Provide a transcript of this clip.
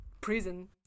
prison